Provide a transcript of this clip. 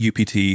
UPT